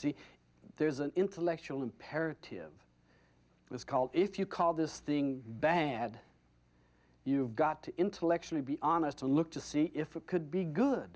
see there's an intellectual imperative was called if you call this thing bad you've got to intellectually be honest and look to see if it could be good